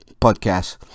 podcast